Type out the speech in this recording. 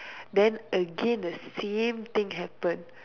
then again the same thing happen